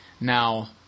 now